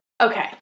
Okay